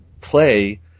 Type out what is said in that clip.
play